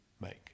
make